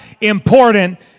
important